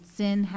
sin